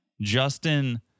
Justin